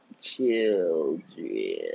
Children